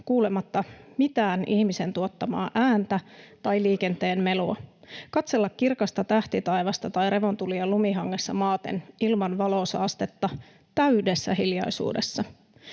kuulematta mitään ihmisen tuottamaa ääntä tai liikenteen melua, katsella kirkasta tähtitaivasta tai revontulia lumihangessa maaten ilman valosaastetta, täydessä hiljaisuudessa,